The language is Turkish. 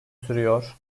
sürüyor